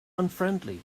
unfriendly